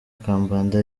kambanda